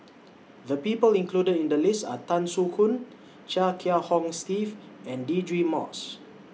The People included in The list Are Tan Soo Khoon Chia Kiah Hong Steve and Deirdre Moss